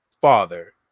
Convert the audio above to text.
father